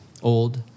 old